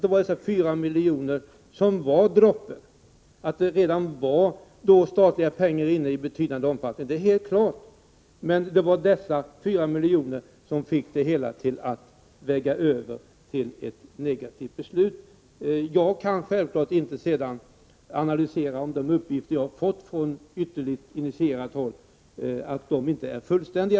Det var dessa 4 miljoner som blev avgörande droppen. Det är helt klart att det redan fanns statliga pengar i betydande omfattning. Men det var dessa 4 miljoner som fick det hela att väga över till ett negativt beslut. Jag kan självfallet inte analysera om de uppgifter jag fått från ytterligt initierat håll är fullständiga.